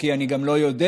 כי אני גם לא יודע,